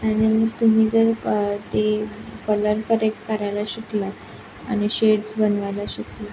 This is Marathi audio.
आणि मग तुम्ही जर क ते कलर करेक्ट करायला शिकलात आणि शेड्स बनवायला शिकली